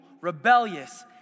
rebellious